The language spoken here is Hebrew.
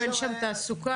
אין שם תעסוקה,